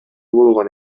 болгон